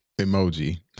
emoji